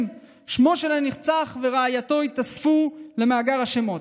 שמו של הנרצח ורעייתו התווספו למאגר השמות.